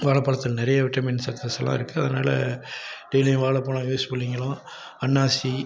வாழைப் பழத்துல நிறைய விட்டமின் சக்ஸஸ்லாம் இருக்குது அதனால டெய்லியும் வாழைப் பழம் யூஸ் பண்ணிக்கிலாம் அன்னாசி